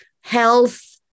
health